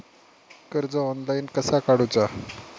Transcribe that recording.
कर्ज ऑनलाइन कसा काडूचा?